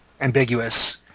ambiguous